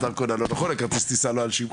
הדרכון הלא נכון וכל מיני דברים כאלה.